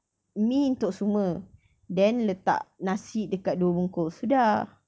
mi untuk semua then letak nasi dekat dua bungkus sudah